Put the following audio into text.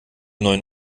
neuen